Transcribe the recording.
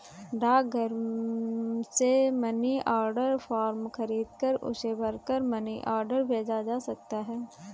डाकघर से money order form खरीदकर उसे भरकर मनी ऑर्डर भेजा जा सकता है